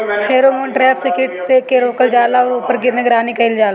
Pheromone trap से कीट के रोकल जाला और ऊपर निगरानी कइल जाला?